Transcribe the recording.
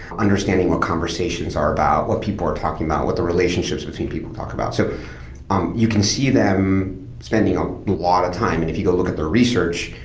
understanding what conversations are about, what people are talking about, what the relationships between people talk about so um you can see them spending a um lot of time, and if you go look at their research,